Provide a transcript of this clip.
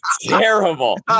terrible